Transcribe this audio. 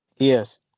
Yes